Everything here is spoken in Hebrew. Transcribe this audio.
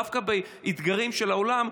דווקא באתגרים של העולם,